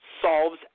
solves